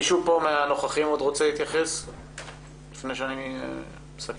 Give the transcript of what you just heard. מישהו מהנוכחים רוצה להתייחס לפני שאני מסכם?